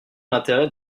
l’intérêt